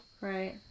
Right